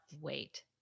wait